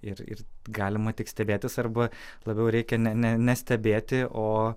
ir ir galima tik stebėtis arba labiau reikia ne ne nestebėti o